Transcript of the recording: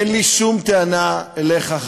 אין לי שום טענה אליך,